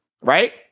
Right